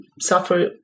suffer